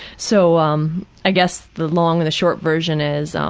so um, i guess the long and short version is, um.